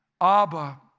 Abba